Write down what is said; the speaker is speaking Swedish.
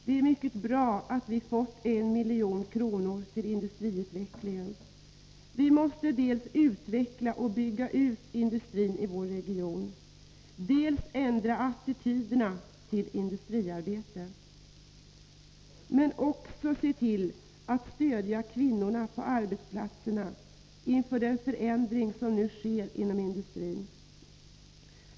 Det är mycket bra att vi fått I milj.kr. till industriutvecklingen. Vi måste dels utveckla och bygga ut industrin i vår region, dels ändra attityderna till industriarbetet. Men vi måste också se till att stödja kvinnorna på arbetsplatserna inför den förändring som nu sker inom industrin.